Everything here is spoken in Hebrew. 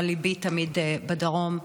אבל ליבי תמיד בדרום,